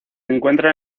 encuentra